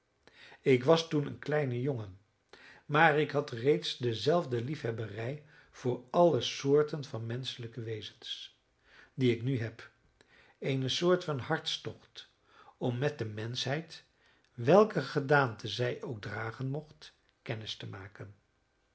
ik was toen een kleine jongen maar ik had reeds dezelfde liefhebberij voor alle soorten van menschelijke wezens die ik nu heb eene soort van hartstocht om met de menschheid welke gedaante zij ook dragen mocht kennis te maken